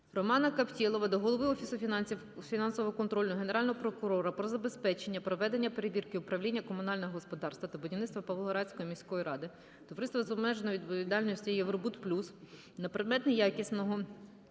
Романа Каптєлова до голови Офісу фінансового контролю, Генерального прокурора про забезпечення проведення перевірки Управління комунального господарства та будівництва Павлоградської міської ради, Товариства з обмеженою відповідальністю